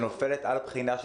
שנופלת על בחינת פסיכומטרי.